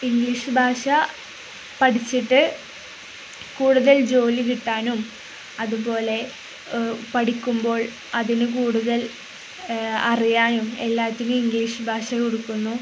English ഭാഷ പഠിച്ചിട്ട് കൂടുതൽ ജോലി കിട്ടാനും അതുപോലെ പഠിക്കുമ്പോൾ അതിന് കൂടുതൽ അറിയാനും എല്ലാത്തിനും ഇംഗ്ലീഷ് ഭാഷ കൊടുക്കുന്നു